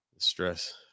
Stress